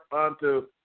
unto